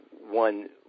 one